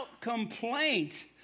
complaint